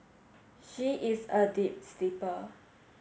she is a deep sleeper